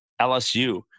LSU